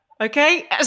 Okay